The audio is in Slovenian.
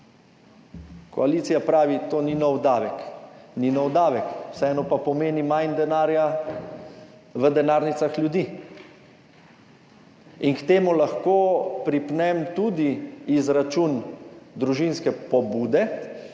Koalicija pravi, to ni nov davek. Ni nov davek, vseeno pa pomeni manj denarja v denarnicah ljudi. In k temu lahko pripnem tudi izračun družinske pobude,